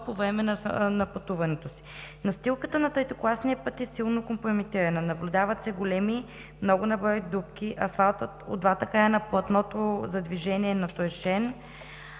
по време на пътуването си. Настилката на третокласния път е силно компрометирана. Наблюдават се големи, много на брой дупки, асфалтът от двата края на платното за движение е натрошен,